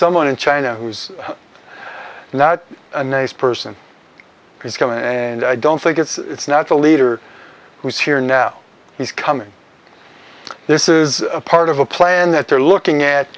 someone in china who's not a nice person who's coming in and i don't think it's not a leader who's here now he's coming this is part of a plan that they're looking at